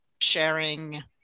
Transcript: sharing